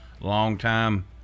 longtime